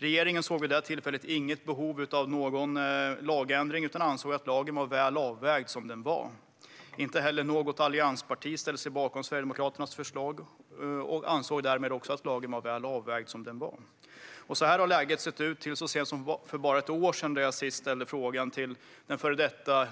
Regeringen såg vid det tillfället inget behov av någon lagändring utan ansåg att lagen var väl avvägd som den var. Inte heller ställde sig något alliansparti bakom Sverigedemokraternas förslag; de ansåg därmed också att lagen var väl avvägd som den var. Så här har läget sett ut till så sent som för bara ett år sedan då jag senast ställde en fråga till den före detta